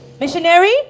Missionary